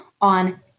on